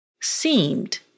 seemed